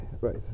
Right